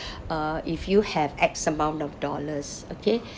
uh if you have x amount of dollars okay